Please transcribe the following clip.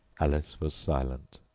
alice was silent.